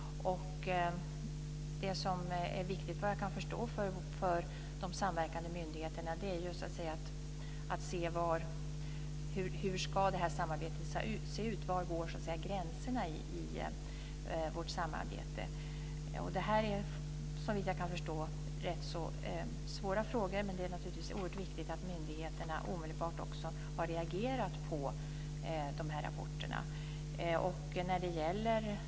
Det som är viktigt för de samverkande myndigheterna är ju att så att säga se hur detta samarbete ska se ut och var gränserna går i samarbetet. Detta är rätt så svåra frågor, men det är naturligtvis oerhört viktigt att myndigheterna omedelbart har reagerat på dessa rapporter.